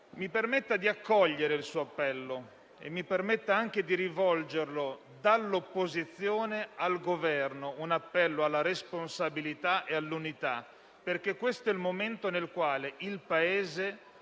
Mi permetta di accogliere il suo appello e mi permetta anche di rivolgere dall'opposizione al Governo un appello alla responsabilità e all'unità. Questo è infatti il momento nel quale il Paese